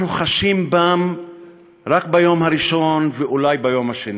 אנחנו חשים בהם רק ביום הראשון, ואולי ביום השני,